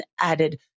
added